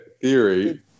theory